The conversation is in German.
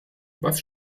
was